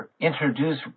introduce